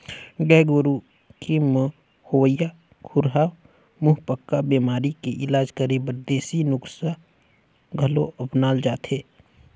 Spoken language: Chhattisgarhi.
गाय गोरु के म होवइया खुरहा मुहंपका बेमारी के इलाज करे बर देसी नुक्सा घलो अपनाल जाथे